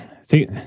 see